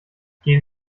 gehen